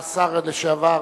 השר לשעבר,